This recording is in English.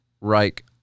reich